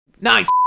Nice